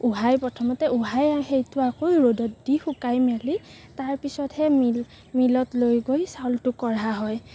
উহাই প্ৰথমতে উহাই আনি সেইটো আকৌ ৰ'দত দি শুকোৱাই মেলি তাৰপিছতহে মিল মিলত লৈ গৈ চাউলটো কঢ়া হয়